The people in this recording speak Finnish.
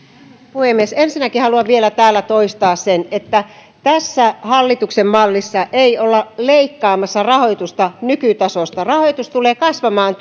puhemies ensinnäkin haluan vielä täällä toistaa sen että tässä hallituksen mallissa ei olla leikkaamassa rahoitusta nykytasosta rahoitus tulee kasvamaan